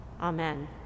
amen